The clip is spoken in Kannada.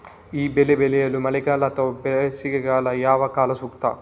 ಈ ಬೆಳೆ ಬೆಳೆಯಲು ಮಳೆಗಾಲ ಅಥವಾ ಬೇಸಿಗೆಕಾಲ ಯಾವ ಕಾಲ ಸೂಕ್ತ?